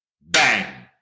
Bang